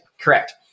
correct